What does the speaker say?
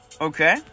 Okay